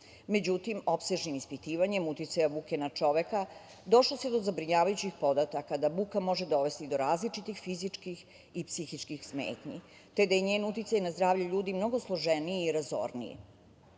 Međutim, opsežnim ispitivanjem uticaja buke na čoveka došlo se do zabrinjavajućih podataka da buka može dovesti do različitih fizičkih i psihičkih smetnji, te da je njen uticaj na zdravlje ljudi mnogo složeniji i razorniji. Naime,